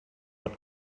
pot